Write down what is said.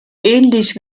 ähnlich